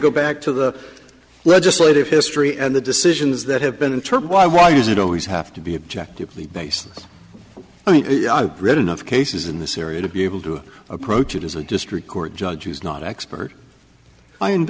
go back to the legislative history and the decisions that have been in turmoil why is it always have to be objectively based i mean i've read enough cases in this area to be able to approach it as a district court judge who is not expert i and